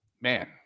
man